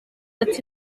ati